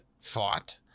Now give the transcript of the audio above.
fought